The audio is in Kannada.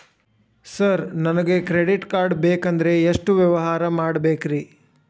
ಸರ್ ನನಗೆ ಕ್ರೆಡಿಟ್ ಕಾರ್ಡ್ ಬೇಕಂದ್ರೆ ಎಷ್ಟು ವ್ಯವಹಾರ ಮಾಡಬೇಕ್ರಿ?